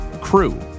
Crew